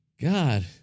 God